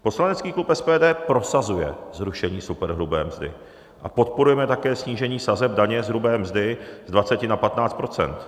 Poslanecký klub SPD prosazuje zrušení superhrubé mzdy a podporujeme také snížení sazeb daně z hrubé mzdy z 20 na 15 %.